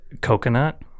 coconut